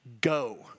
go